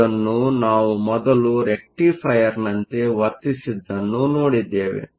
ಇದನ್ನು ನಾವು ಮೊದಲು ರೆಕ್ಟಿಫೈಯರ್ನಂತೆ ವರ್ತಿಸಿದ್ದನ್ನು ನೋಡಿದ್ದೇವೆ